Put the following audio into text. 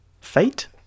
fate